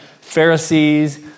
Pharisees